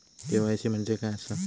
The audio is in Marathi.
के.वाय.सी म्हणजे काय आसा?